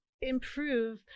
improve